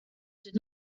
did